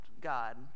God